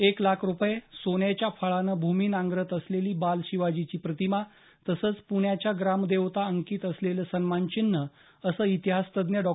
एक लाख रुपये आणि सोन्याच्या फाळानं भूमी नांगरत असलेली बालशिवाजीची प्रतिमा तसंच प्ण्याच्या ग्रामदेवता अंकित असलेलं सन्मानचिन्ह असं इतिहासतज्ज्ञ डॉ